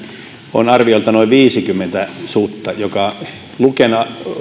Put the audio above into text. on arviolta noin viisikymmentä sutta joka luken